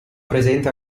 presente